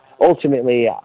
Ultimately